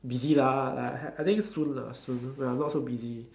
busy lah like I I think soon lah soon when I not so busy